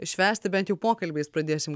švęsti bent jų pokalbiais pradėsim